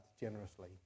generously